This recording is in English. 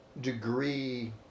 degree